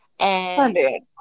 Sunday